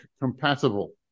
compatible